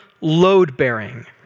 load-bearing